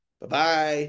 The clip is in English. Bye-bye